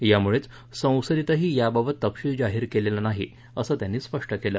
यामुळेच संसदेतही याबाबत तपशील जाहीर केलेला नाही असं त्यांनी स्पष्ट केलं